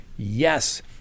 Yes